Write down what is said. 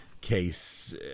case